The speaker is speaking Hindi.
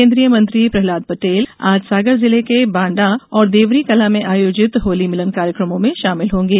केन्द्रीय मंत्री प्रहलाद पटेल आज सागर जिले के बांडा और देवरीकला में आयोजित होली मिलन कार्यक्रमों में शामिल होंगे